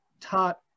taught